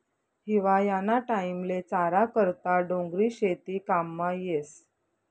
हिवायाना टाईमले चारा करता डोंगरी शेती काममा येस